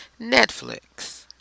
Netflix